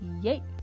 Yay